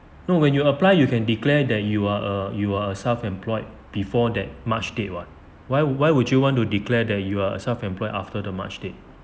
no when you apply you can declare that you are a you are self employed before that march date [what] why why would you want to declare that you are self employed after the march date